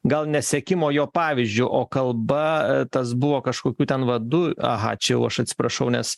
gal ne sekimo jo pavyzdžiu o kalba tas buvo kažkokių ten va du aha čia jau aš atsiprašau nes